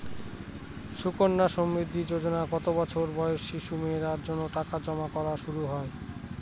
সুকন্যা সমৃদ্ধি যোজনায় কত বছর বয়সী শিশু মেয়েদের জন্য টাকা জমা করা শুরু হয়?